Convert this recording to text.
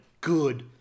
good